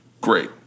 Great